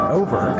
over